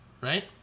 right